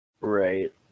right